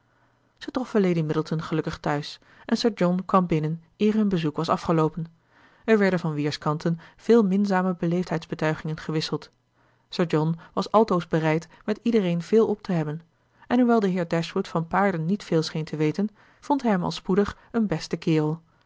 zij troffen lady middleton gelukkig thuis en sir john kwam binnen eer hun bezoek was afgeloopen er werden van weerskanten veel minzame beleefdheidsbetuigingen gewisseld sir john was altoos bereid met iedereen veel op te hebben en hoewel de heer dashwood van paarden niet veel scheen te weten vond hij hem al spoedig een besten kerel